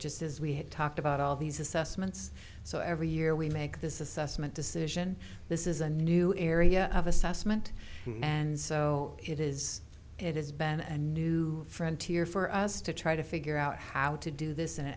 just as we had talked about all these assessments so every year we make this assessment decision this is a new area of assessment and so it is it has been and new frontier for us to try to figure out how to do this in an